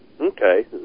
okay